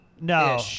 No